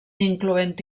incloent